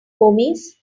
homies